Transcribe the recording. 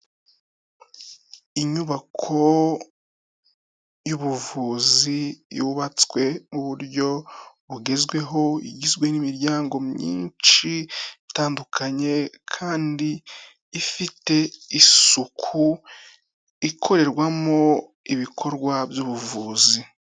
Inyubako y'ubuvuzi yubatswe mu uburyo bugezweho, igizwe n'imiryango myinshi itandukanye kandi ifite isuku, ikorerwamowo ibikorwa by'ubuvuzi.